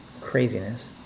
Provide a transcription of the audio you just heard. craziness